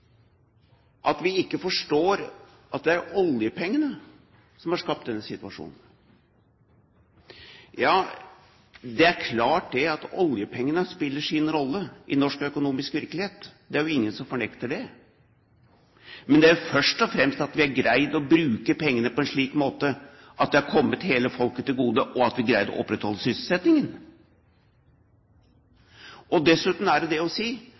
at vi ikke forstår at det er oljepengene som har skapt denne situasjonen. Ja, det er klart at oljepengene spiller sin rolle i norsk økonomisk virkelighet – det er ingen som fornekter det – men det er først og fremst at vi har greid å bruke pengene på en slik måte at det har kommet hele folket til gode, og at vi greide å opprettholde sysselsettingen. Dessuten er det det å si